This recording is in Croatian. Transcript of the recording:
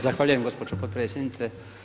Zahvaljujem gospođo potpredsjednice.